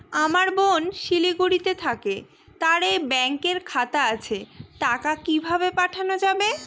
আমার বোন শিলিগুড়িতে থাকে তার এই ব্যঙকের খাতা আছে টাকা কি ভাবে পাঠানো যাবে?